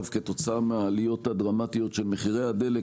כתוצאה מהעליות הדרמטיות של מחירי הדלק,